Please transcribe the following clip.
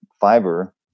fiber